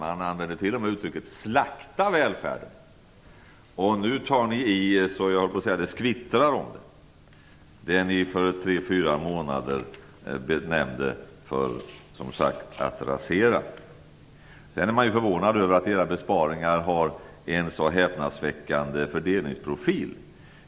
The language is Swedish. Man använde t.o.m. uttrycket slakta välfärden. Och nu tar ni i så att det "skvittrar" om det när det gäller det som ni för tre fyra månader sedan benämnde att rasera välfärden. Sedan är det förvånande att era besparingar har en sådan häpnadsväckande fördelningsprofil.